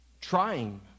trying